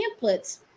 templates